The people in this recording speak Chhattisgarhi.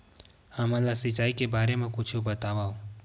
हमन ला सिंचाई के बारे मा कुछु बतावव?